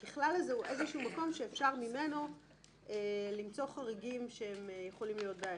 ה"ככלל" הזה הוא מקום שאפשר ממנו למצוא חריגים שיכולים להיות בעייתיים.